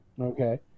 Okay